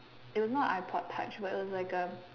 it was not an iPod touch but it was like a